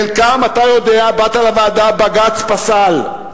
חלקן, אתה יודע, באת לוועדה, בג"ץ פסל.